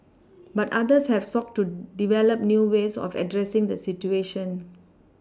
but others have sought to develop new ways of addressing the situation